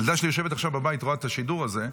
הילדה שלי יושבת עכשיו בבית, רואה את השידור הזה.